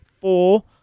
four